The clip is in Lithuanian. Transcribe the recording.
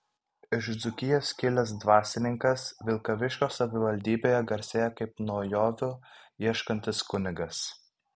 iš dzūkijos kilęs dvasininkas vilkaviškio savivaldybėje garsėja kaip naujovių ieškantis kunigas